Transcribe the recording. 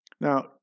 Now